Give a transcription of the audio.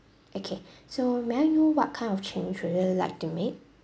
okay so may I know what kind of change would you like to make